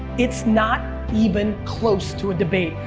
it's not even close to a debate.